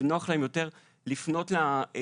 ונוח להן יותר לפנות לעמותות,